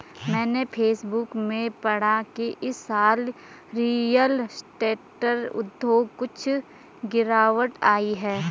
मैंने फेसबुक में पढ़ा की इस साल रियल स्टेट उद्योग कुछ गिरावट आई है